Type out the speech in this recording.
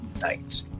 night